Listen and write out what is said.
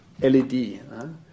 LED